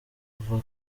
ava